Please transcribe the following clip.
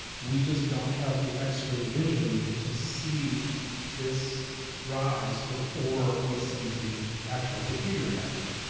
we just don't have the x-ray vision to see this rise before we see the actual behavior happen.